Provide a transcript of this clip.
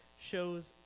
shows